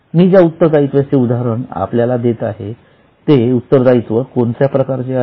मी ज्या उत्तरदायित्वाचे उदाहरण आपल्याला देत आहे ते उत्तरदायित्व कोणत्या प्रकारचे आहे